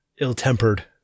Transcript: ill-tempered